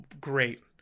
Great